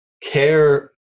care